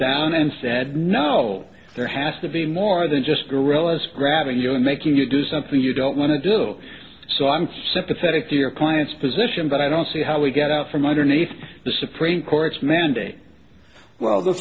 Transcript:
down and said no there has to be more than just guerrillas grabbing you and making you do something you don't want to do so i'm sympathetic to your client's position but i don't see how we get out from underneath the supreme court's mandate well the